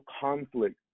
conflict